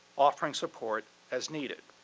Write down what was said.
offering support as needed.